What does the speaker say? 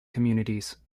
communities